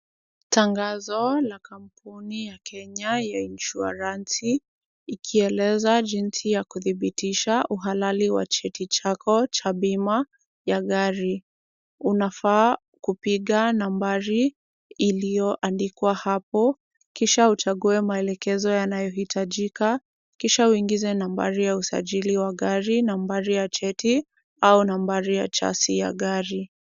Tangazo la kampuni ya Kenya ya insuranci ikieleza jinsi ya kudhibitisha uhalali wa cheti chako cha bima ya gari, unafaa kupiga nambari iliyoandikwa hapo, kisha uchange maelezo yanayohitajika, kisha uingize nambari ya usajili wa gari, nambari ya cheti au nambari ya chasi ya gari.